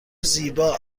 زیبا